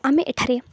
ଆମେ ଏଠାରେ